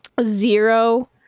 zero